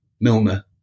Milner